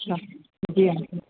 अच्छा जी अंकल